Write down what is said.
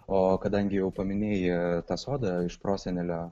o kadangi jau paminėjai tą sodą iš prosenelio